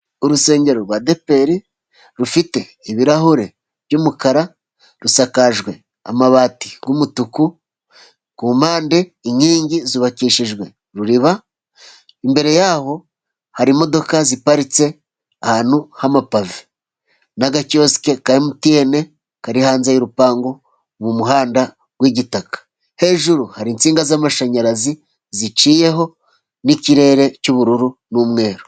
Urusengero rw'adeperi rufite ibirahure by'umukara rusakajwe amabati y'umutuku, ku mpande inkingi zubakishijwe ruriba imbere yaho hari imodoka ziparitse ahantu h'amapave, n'agakiyosike ka emutiyene kari hanze y'urupangu mu muhanda w'igitaka hejuru, hari insinga z'amashanyarazi ziciyeho n'ikirere cy'ubururu n'umweru.